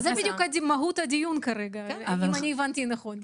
זה בדיוק מהות הדיון אם הבנתי נכון.